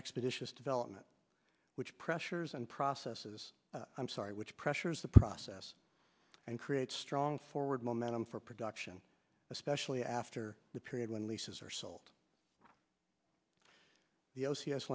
expeditious development which pressures and processes i'm sorry which pressures the process and create strong forward momentum for production especially after the period when leases are sold the o